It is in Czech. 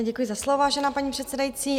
Děkuji za slovo, vážená paní předsedající.